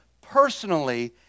personally